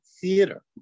theater